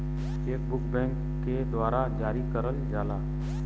check book bank के द्वारा जारी करल जाला